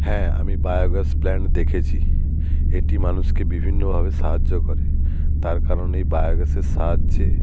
হ্যাঁ আমি biogas plant দেখেছি এটি মানুষকে বিভিন্নভাবে সাহায্য করে তার কারণেই বায়ো গ্যাসের সাহায্যে